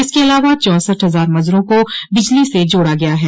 इसके अलावा चौसठ हजार मजरों को बिजली से जोड़ा गया है